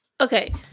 Okay